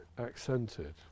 accented